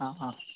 ആ ആ